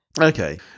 Okay